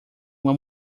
uma